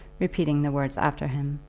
repeating the words after him.